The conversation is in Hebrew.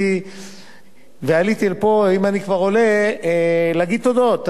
אם אני כבר עולה, עליתי להגיד תודות.